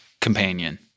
companion